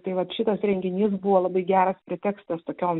tai vat šitas renginys buvo labai geras pretekstas tokiom